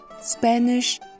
Spanish